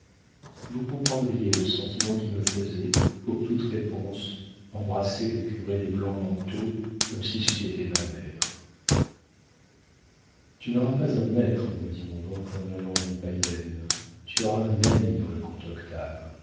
vous comprendriez le sentiment qui me faisait pour toute réponse embrasser le curé des blancs-manteaux comme si c'eût été ma mère tu n'auras pas un maître me dit mon oncle en allant rue payenne tu auras un ami dans le